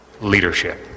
leadership